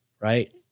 Right